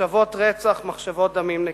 מחשבות רצח, מחשבות דמים נקיים,